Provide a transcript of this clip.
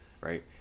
right